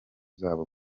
zabo